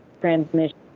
transmission